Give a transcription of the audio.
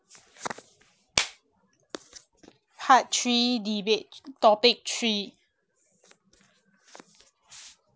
part three debate topic three